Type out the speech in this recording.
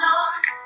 Lord